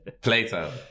Plato